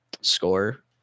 score